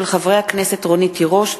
הצעותיהם של חברי הכנסת רונית תירוש,